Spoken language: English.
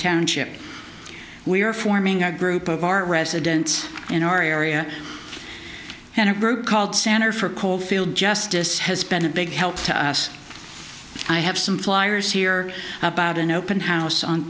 township we are forming our group of our residents in our area and a group called center for caulfield justice has been a big help to us i have some flyers here about an open house on